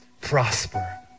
prosper